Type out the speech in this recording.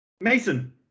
Mason